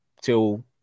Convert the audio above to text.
till